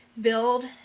build